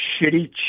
shitty